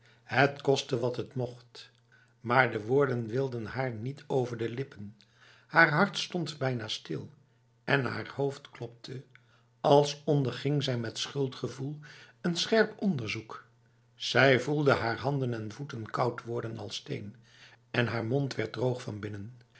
het kostte wat het mocht maar de woorden wilden haar niet over de lippen haar hart stond bijna stil en haar hoofd klopte als onderging zij met schuldgevoel een scherp onderzoek zij voelde haar handen en voeten koud worden als steen en haar mond werd droog van binnen